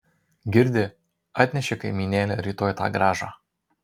girdi atneši kaimynėle rytoj tą grąžą